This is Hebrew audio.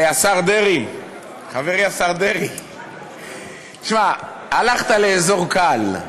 השר דרעי, חברי השר דרעי, שמע, הלכת לאזור קל,